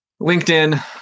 linkedin